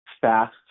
fast